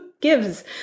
gives